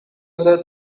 other